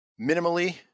Minimally